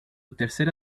tercera